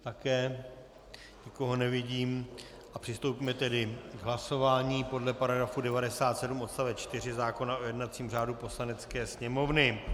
Také nikoho nevidím, a přistoupíme tedy k hlasování podle § 97 odst. 4 zákona o jednacím řádu Poslanecké sněmovny.